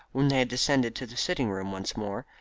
when they had descended to the sitting-room once more,